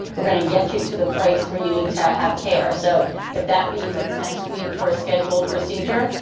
we're going to get you to the place where you need to have care, so if that means it's next week for a scheduled procedure,